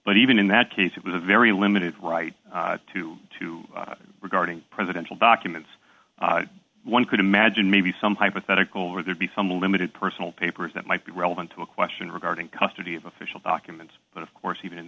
even in that case it was a very limited right to regarding presidential documents one could imagine maybe some hypothetical would there be some limited personal papers that might be relevant to a question regarding custody of official documents but of course even in